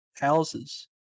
houses